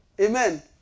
Amen